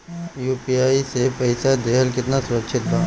UPI से पईसा देहल केतना सुरक्षित बा?